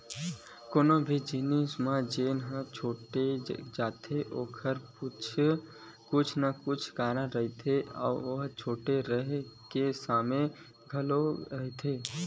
कोनो भी जिनिस म जेन छूट दे जाथे ओखर पाछू कुछु न कुछु कारन रहिथे अउ छूट रेहे के समे घलो रहिथे